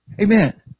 Amen